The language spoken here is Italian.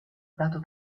dato